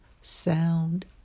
sound